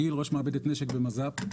אני ראש מעבדת נשק במז"פ.